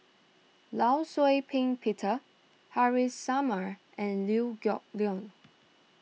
Law Shau Ping Peter Haresh Summer and Liew Geok Leong